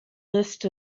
list